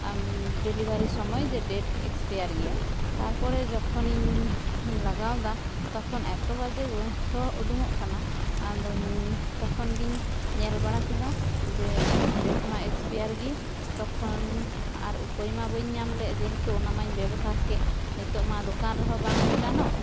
delivery ᱥᱚᱢᱚᱭ date expire ᱜᱮᱭᱟ ᱛᱟᱨᱯᱚᱨᱮ ᱡᱚᱠᱷᱚᱱᱤᱧ ᱞᱟᱜᱟᱣ ᱮᱫᱟ ᱛᱚᱠᱷᱚᱱ ᱮᱛᱚ ᱵᱟᱡᱮ ᱥᱚ ᱩᱰᱩᱝ ᱚᱜ ᱠᱟᱱᱟ ᱟᱫᱚᱧ ᱛᱚᱠᱷᱚᱱ ᱜᱮᱧ ᱧᱮᱞ ᱵᱟᱲᱟ ᱠᱮᱫᱟ ᱡᱮ ᱰᱮᱴ ᱢᱟ ᱮᱠᱥᱯᱮᱭᱟᱨ ᱜᱮ ᱛᱚᱠᱷᱚᱱ ᱟᱨ ᱩᱯᱟᱹᱭ ᱢᱟ ᱵᱟᱹᱧ ᱧᱟᱢᱞᱮᱫ ᱡᱮ ᱡᱮᱦᱮᱛᱩ ᱚᱱᱟᱢᱟᱹᱧ ᱵᱮᱵᱚᱦᱟᱨ ᱠᱮᱫᱟ ᱱᱤᱛᱚᱜ ᱢᱟ ᱫᱚᱠᱟᱱ ᱨᱮᱦᱚᱸ ᱵᱟᱝ ᱨᱤᱴᱟᱱᱚᱜ